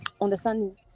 understanding